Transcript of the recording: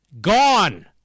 Gone